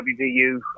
WVU